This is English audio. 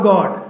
God